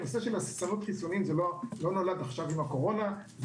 הססנות חיסונית הנושא הזה לא נולד עכשיו עם הקורונה אלא